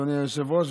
אדוני היושב-ראש,